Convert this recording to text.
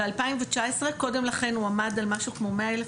ב-2019 קודם לכן הוא עמד על משהו כמו 100 אלף